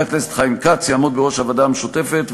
חבר הכנסת חיים כץ יעמוד בראש הוועדה המשותפת,